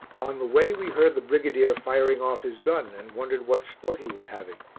on the way we heard the brigadier firing off his gun and wondered what sport he was having,